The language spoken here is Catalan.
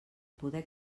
poder